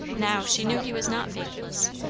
now she knew he was not faithless,